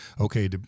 okay